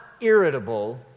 irritable